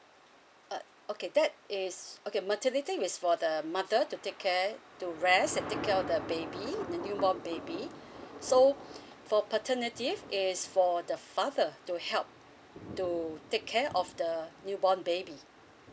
uh okay that is okay maternity is for the mother to take care to rest and take care of the baby the new born baby so for paternity leave is for the father to help to take care of the new born baby